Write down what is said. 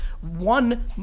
one